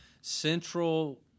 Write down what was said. central